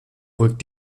rückt